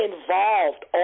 involved